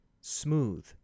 smooth